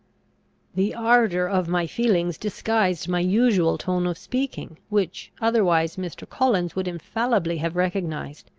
the ardour of my feelings disguised my usual tone of speaking, which otherwise mr. collins would infallibly have recognised.